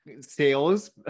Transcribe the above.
sales